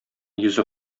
йөзе